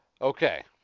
Okay